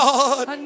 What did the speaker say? God